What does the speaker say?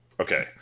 Okay